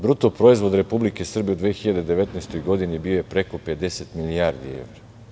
Bruto proizvod Republike Srbije u 2019. godini bio je preko 50 milijardi evra.